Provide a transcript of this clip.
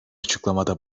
açıklamada